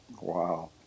Wow